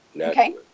Okay